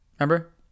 Remember